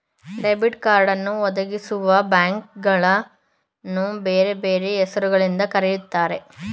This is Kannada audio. ಡೆಬಿಟ್ ಕಾರ್ಡನ್ನು ಒದಗಿಸುವಬ್ಯಾಂಕ್ಗಳನ್ನು ಬೇರೆ ಬೇರೆ ಹೆಸರು ಗಳಿಂದ ಕರೆಯುತ್ತಾರೆ